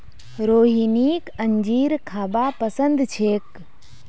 रोहिणीक अंजीर खाबा पसंद छेक